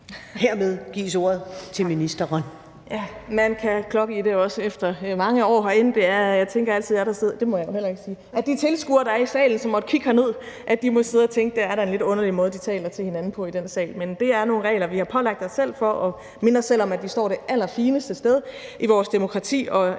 hermed gives ordet til ministeren.